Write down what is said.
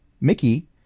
Mickey